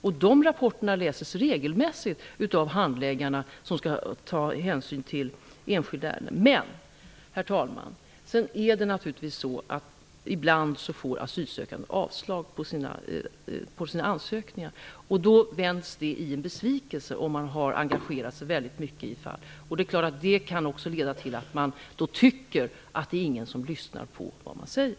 Amnestys rapporter läses regelmässigt av de handläggare som skall ta hänsyn till enskilda ärenden. Herr talman! Ibland får asylsökande avslag på sina ansökningar. Då vänds det i en besvikelse, om man har engagerat sig mycket i fallet. Det kan också leda till att man tycker att det inte är någon som lyssnar på vad man säger.